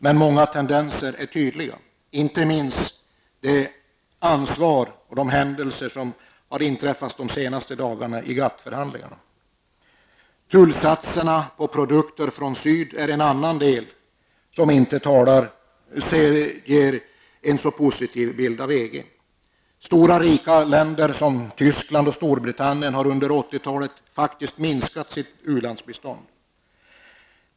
Men många tendenser är tydliga, inte minst det ansvar för de händelser som har inträffat de senaste dagarna i Tullsatserna och produkter från syd är en annan del som inte ger en särskilt positiv bild av EG. Stora, rika länder som Tyskland och Storbritannien har under 80-talet faktiskt minskat sitt u-landsbistånd.